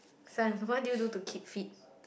this one what do you do to keep fit